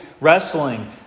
wrestling